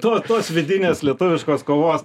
to tos vidinės lietuviškos kovos